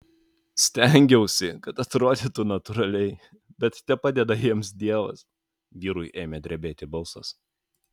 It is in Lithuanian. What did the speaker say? stengiausi kad atrodytų natūraliai bet tepadeda jiems dievas vyrui ėmė drebėti balsas